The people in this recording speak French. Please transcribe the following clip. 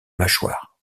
mâchoire